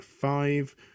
five